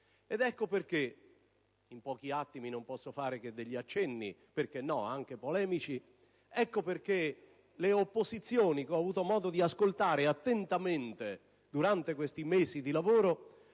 Ecco perché (in pochi attimi non posso fare che degli accenni - perché no? - anche polemici) le opposizioni, che ho avuto modo di ascoltare attentamente durante questi mesi di lavoro,